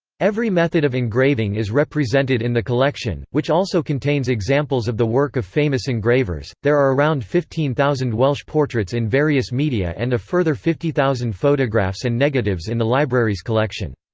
every method of engraving is represented in the collection, which also contains examples of the work of famous engravers there are around fifteen thousand welsh portraits in various media and a further fifty thousand photographs and negatives in the library's collection.